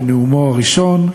בנאומו הראשון,